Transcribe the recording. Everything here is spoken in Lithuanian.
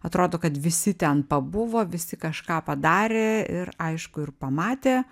atrodo kad visi ten pabuvo visi kažką padarė ir aišku ir pamatė